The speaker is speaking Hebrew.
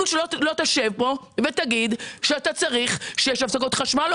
בשביל שלא תשב פה ותגיד שיש הפסקות חשמל.